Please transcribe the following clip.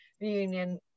reunion